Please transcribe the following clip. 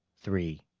three.